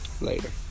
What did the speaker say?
Later